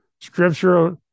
scripture